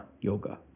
yoga